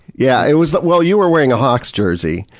yeah it was, but well, you were wearing a hawks jersey,